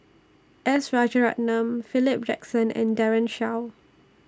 S Rajaratnam Philip Jackson and Daren Shiau